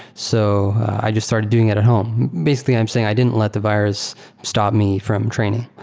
so i just started doing it at home. basically, i'm saying i didn't let the virus stop me from training